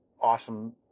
awesome